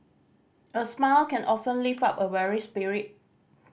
a smile can often lift up a weary spirit